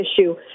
issue